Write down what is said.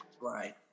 Right